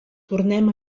tornem